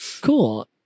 Cool